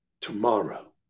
tomorrow